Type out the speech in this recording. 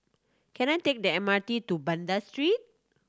can I take the M R T to Banda Street